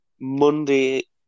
Monday